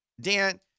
Dan